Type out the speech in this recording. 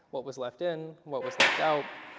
what was left in? what was left out?